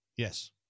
yes